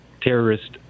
terrorist